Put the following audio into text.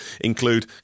include